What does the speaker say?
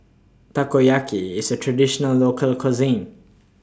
Takoyaki IS A Traditional Local Cuisine